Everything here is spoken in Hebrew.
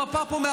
המפה פה,